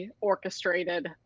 orchestrated